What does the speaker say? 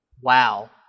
Wow